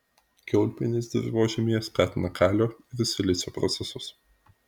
kiaulpienės dirvožemyje skatina kalio ir silicio procesus